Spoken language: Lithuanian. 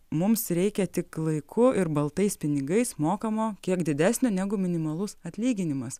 mums reikia tik laiku ir baltais pinigais mokamo kiek didesnio negu minimalus atlyginimas